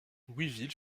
louisville